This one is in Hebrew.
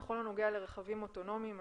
אנחנו